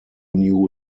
new